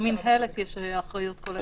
למינהלת יש אחריות כוללת.